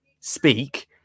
speak